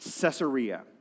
Caesarea